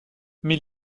mais